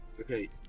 Okay